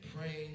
praying